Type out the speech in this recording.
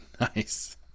Nice